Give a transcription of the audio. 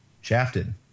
shafted